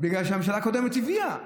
שהממשלה הקודמת הביאה,